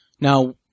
Now